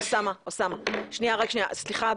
סליחה,